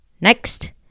Next